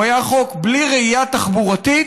הוא היה חוק בלי ראייה תחבורתית,